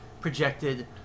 projected